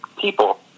people